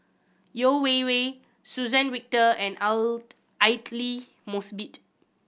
Yeo Wei Wei Suzann Victor and Aidli Mosbit